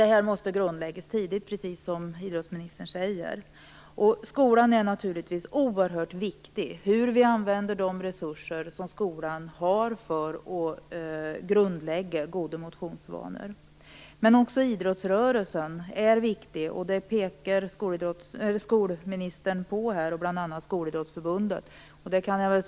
Detta måste grundläggas tidigt, precis som idrottsministern säger. Skolan är naturligtvis oerhört viktig. Det är viktigt att vi använder de resurser som skolan har för att grundlägga goda motionsvanor. Men också idrottsrörelsen är viktig. Idrottsministern nämnde Skolidrottsförbundet i det sammanhanget.